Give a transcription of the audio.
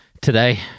Today